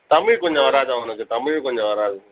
தமிழ் கொஞ்சம் வராது அவனுக்கு தமிழ் கொஞ்சம் வராது